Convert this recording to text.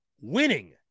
winning